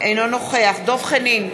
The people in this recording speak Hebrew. אינו נוכח דב חנין,